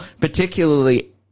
particularly